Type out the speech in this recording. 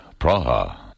Praha